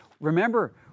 remember